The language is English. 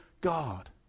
God